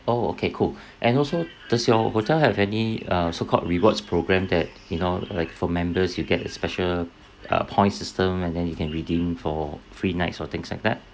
oh okay cool and also does your hotel have any uh so called rewards programme that you know like for members you get a special uh points system and then you can redeem for free nights or things like that